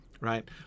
Right